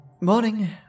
Morning